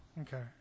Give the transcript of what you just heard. Okay